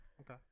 Okay